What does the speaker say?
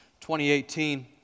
2018